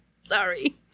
Sorry